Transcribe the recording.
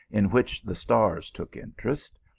in which the stars took interest,